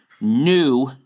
new